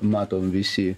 matom visi